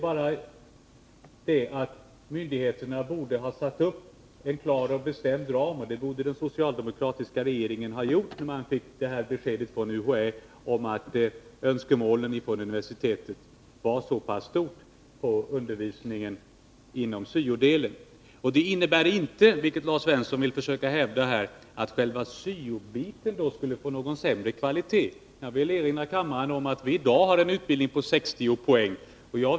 Men myndigheterna borde ha satt upp en klar och bestämd ram. Det borde den socialdemokratiska regeringen ha gjort när den fick beskedet från UHÄ om att önskemålen från universiteten vad det gäller undervisningen inom syo-delen var så många. Detta innebär inte, vilket Lars Svensson vill försöka hävda här, att själva syo-biten skulle få sämre kvalitet. Jag vill erinra kammaren om att vi i dag har en syo-utbildning på 60 poäng.